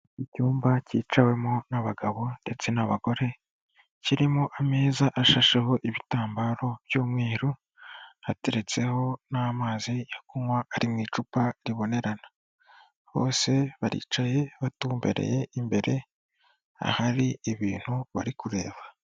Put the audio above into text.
Icyumba cyicawemo n'abagabo ndetse n'abagore, kirimo ameza ashashaho ibitambaro by'umweru hateretseho n'amazi yo kunywa ari mu icupa ribonerana, bose baricaye batumbereye imbere ahari ibintu bari kureba.